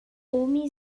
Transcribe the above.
omi